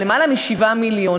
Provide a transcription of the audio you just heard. על יותר מ-7 מיליון.